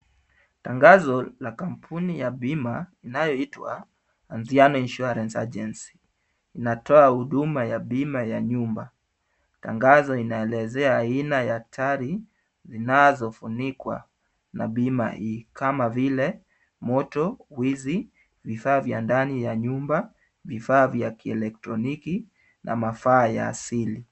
Tangazo la kampuni ya bima inayoitwa Anziano Insurance Agency. Inatoa huduma ya bima ya nyumba. Tangazo inaelezea aina ya hatari zinazofunikwa na bima hii kama vile moto, wizi, vifaa vya ndani ya nyumba, vifaa vya kielektroniki na mafaa ya asili.